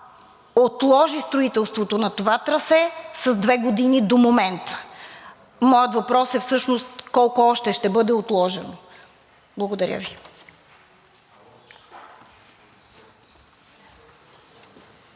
отложи строителството на това трасе с две години до момента. Моят въпрос е всъщност колко още ще бъде отложено? Благодаря Ви.